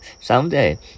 Someday